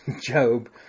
Job